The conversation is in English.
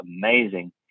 amazing